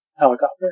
helicopter